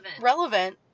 Relevant